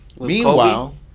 Meanwhile